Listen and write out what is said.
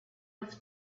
was